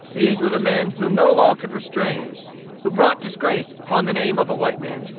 these were the men whom no law could restrain who brought disgrace upon the name of a white man,